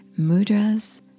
Mudras